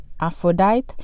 Aphrodite